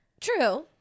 True